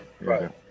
right